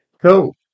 Cool